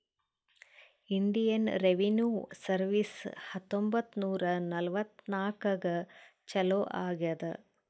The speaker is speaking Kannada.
ಇಂಡಿಯನ್ ರೆವಿನ್ಯೂ ಸರ್ವೀಸ್ ಹತ್ತೊಂಬತ್ತ್ ನೂರಾ ನಲ್ವತ್ನಾಕನಾಗ್ ಚಾಲೂ ಆಗ್ಯಾದ್